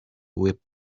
whip